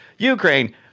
Ukraine